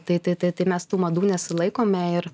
tai tai tai tai mes tų madų nesilaikome ir